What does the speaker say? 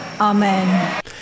Amen